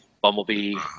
bumblebee